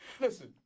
Listen